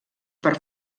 per